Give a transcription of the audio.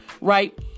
right